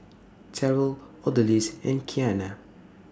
Terell Odalis and Kianna